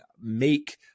make